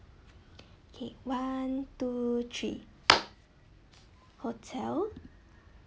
okay one two three hotel